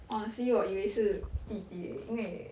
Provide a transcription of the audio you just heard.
honestly 我以为是弟弟 eh 因为